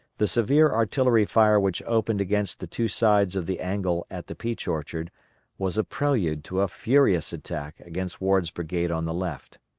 the severe artillery fire which opened against the two sides of the angle at the peach orchard was a prelude to a furious attack against ward's brigade on the left.